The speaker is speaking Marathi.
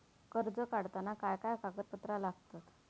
कर्ज काढताना काय काय कागदपत्रा लागतत?